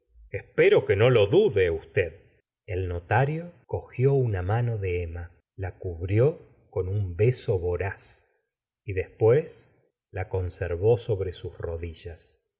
espero que no lo dude usted el notario cogió una mano de e mma la cubrió con un beso voraz y después laeonservó sobre sus rodillas